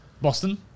Boston